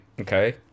Okay